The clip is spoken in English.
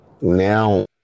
now